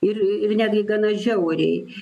ir ir netgi gana žiauriai